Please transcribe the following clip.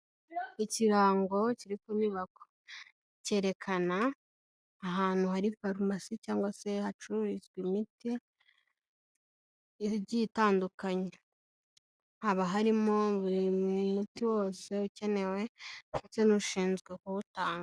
Ikirango kiri ku nyubako cyerekana ahantu hari farumasi cyangwa se hacururizwa imiti igiye itandukanyekanye, haba harimo buri muti wose ukenewe ndetse n'ushinzwe kuwutanga.